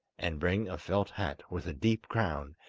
and bring a felt hat with a deep crown,